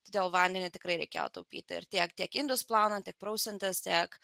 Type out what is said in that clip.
todėl vandenį tikrai reikėjo taupyti ir tiek tiek indus plaunant tiek prausiantis tiek